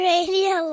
Radio